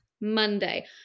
Monday